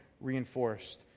reinforced